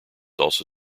also